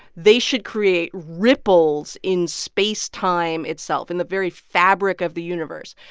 they should create ripples in space-time itself, in the very fabric of the universe.